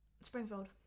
Springfield